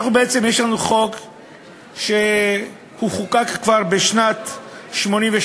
בעצם יש לנו חוק שחוקק כבר בשנת 1988,